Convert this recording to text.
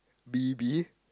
B B